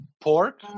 pork